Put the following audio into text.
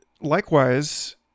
likewise